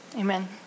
Amen